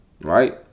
Right